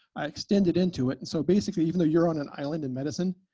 i extended into it. and so basically even though you're on an island in medicine,